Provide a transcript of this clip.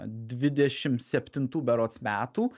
dvidešimt septintų berods metų